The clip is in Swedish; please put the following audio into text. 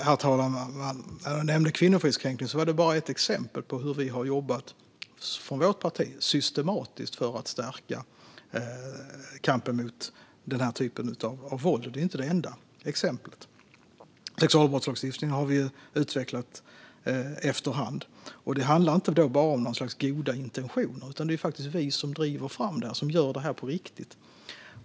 Herr talman! Kvinnofridskränkning nämnde jag bara som ett exempel på hur vi från vårt partis sida har jobbat systematiskt för att stärka kampen mot denna typ av våld. Det är inte det enda exemplet. Sexualbrottslagstiftningen har vi utvecklat efter hand. Det handlar inte bara om något slags goda intentioner, utan det är faktiskt vi som driver fram detta och gör det på riktigt.